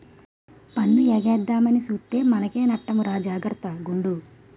పన్ను ఎగేద్దామని సూత్తే మనకే నట్టమురా జాగర్త గుండు